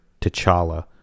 T'Challa